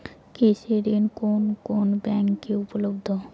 কৃষি ঋণ কোন কোন ব্যাংকে উপলব্ধ?